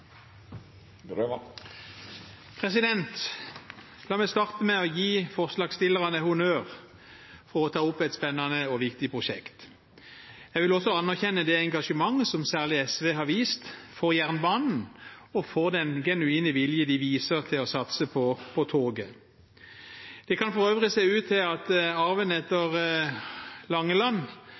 Arbeiderpartiet. La meg starte med å gi forslagsstillerne honnør for å ta opp et spennende og viktig prosjekt. Jeg vil også anerkjenne det engasjementet som særlig SV har vist for jernbanen, og for den genuine vilje de viser til å satse på toget. Det kan for øvrig se ut til at arven etter Hallgeir Langeland